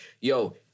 yo